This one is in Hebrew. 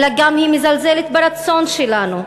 אלא היא גם מזלזלת ברצון שלנו,